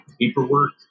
paperwork